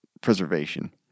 preservation